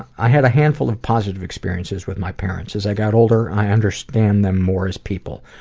i had a handful of positive experiences with my parents. as i got older i understand them more as people.